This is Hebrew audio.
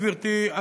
גברתי,